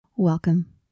Welcome